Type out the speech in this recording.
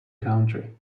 country